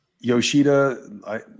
Yoshida